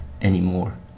anymore